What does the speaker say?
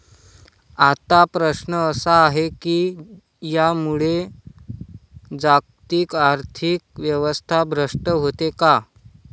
आता प्रश्न असा आहे की यामुळे जागतिक आर्थिक व्यवस्था भ्रष्ट होते का?